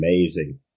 amazing